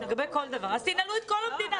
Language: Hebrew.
אז, תנעלו את כל המדינה.